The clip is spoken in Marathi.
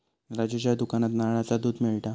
राजूच्या दुकानात नारळाचा दुध मिळता